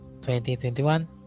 2021